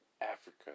Africa